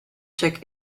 check